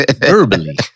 verbally